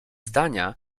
zdania